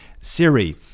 Siri